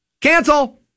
Cancel